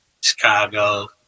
Chicago